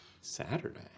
Saturday